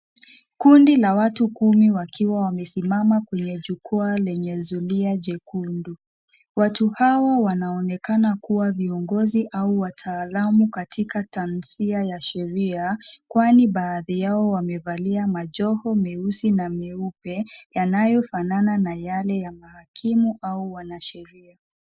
Kundi la watu kumi wakiwa wamesimama kwenye jukwaa lenye zulia jekundu. Watu hawa wanaonekana kuwa viongozi au wataalamu katika tansia ya sheria kwani baadhi yao wamevalia majoho meusi na meupe yanayofanana na yale ya mahakimu au wanasheria.